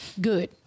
good